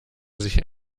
sich